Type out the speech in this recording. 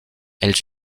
elles